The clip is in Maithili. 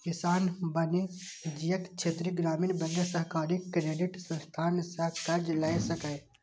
किसान वाणिज्यिक, क्षेत्रीय ग्रामीण बैंक, सहकारी क्रेडिट संस्थान सं कर्ज लए सकैए